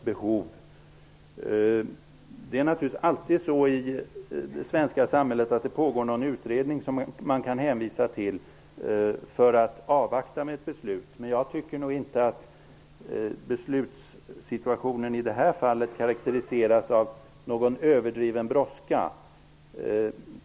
Det pågår naturligtvis alltid i det svenska samhället någon utredning som man kan hänvisa till som skäl för att avvakta med ett beslut, men jag tycker nog inte att beslutssituationen i detta fall karakteriseras av någon överdriven brådska.